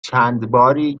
چندباری